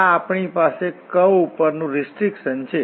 આ આપણી પાસે કર્વ ઉપર નું રીસ્ટ્રીકશન છે